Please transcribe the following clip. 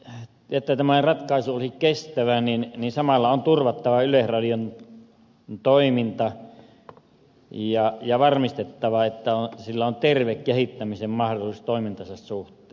mutta jotta tämä ratkaisu olisi kestävä niin samalla on turvattava yleisradion toiminta ja varmistettava että sillä on terve kehittämisen mahdollisuus toimintansa suhteen